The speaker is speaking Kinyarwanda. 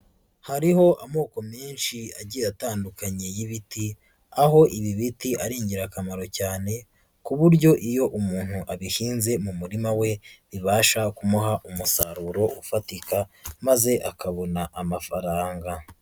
Hariho amoko menshi agiye atandukanye y'ibiti, aho ibi biti ari ingirakamaro cyane ku buryo iyo umuntu abihinze mu murima we, bibasha kumuha umusaruro ufatika maze akabona amafaranga.